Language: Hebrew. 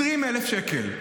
20,000 שקל.